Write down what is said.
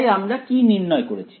তাই আমরা কি নির্ণয় করেছি